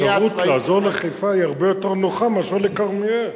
אבל האפשרות לעזור לחיפה היא הרבה יותר נוחה מאשר לכרמיאל.